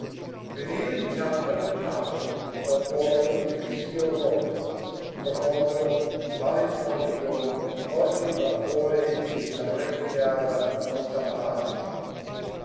veniva di tanto in tanto dal porto il fischio roco profondo malinconico di qualche vapore che s'apparecchiava a salpare